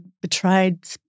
betrayed